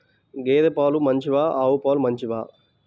గేద పాలు మంచివా ఆవు పాలు మంచివా?